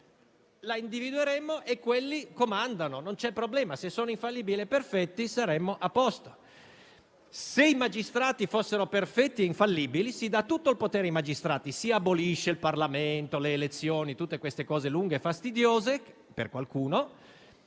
le individueremmo ed esse comanderebbero; non c'è problema, se sono infallibili e perfette saremmo a posto. Se i magistrati fossero perfetti e infallibili si darebbe loro tutto il potere; si abolirebbero il Parlamento, le elezioni e tutte queste cose lunghe e fastidiose (per qualcuno)